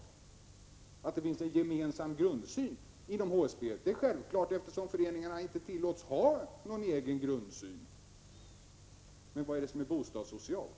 Det är självklart att det finns en gemensam grundsyn inom HSB, eftersom föreningarna inte tillåts ha någon egen grundsyn. Men vad är det som är bostadssocialt?